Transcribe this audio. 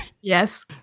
Yes